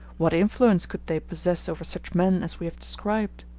what influence could they possess over such men as we have described?